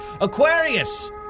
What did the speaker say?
Aquarius